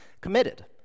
committed